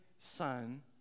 Son